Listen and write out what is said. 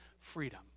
freedom